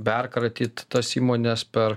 perkratyt tas įmones per